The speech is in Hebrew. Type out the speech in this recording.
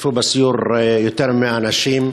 השתתפו בסיור יותר מ-100 אנשים.